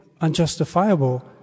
unjustifiable